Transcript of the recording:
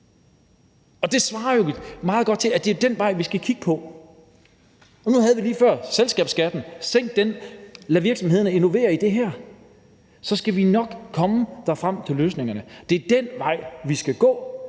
Og det siger jo meget godt, at det er den vej, vi skal gå. Nu havde vi lige før selskabsskatten. Sænk den, og lad virksomhederne innovere på det her område – så skal vi nok komme frem til løsningerne. Det er den vej, vi skal gå.